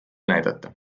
näidata